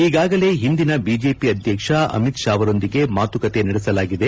ಈಗಾಗಲೇ ಒಂದಿನ ಬಿಜೆಪಿ ಅಧ್ಯಕ್ಷ ಅಮಿತ್ ಶಾ ಅವರೊಂದಿಗೆ ಮಾತುಕತೆ ನಡೆಸಲಾಗಿದೆ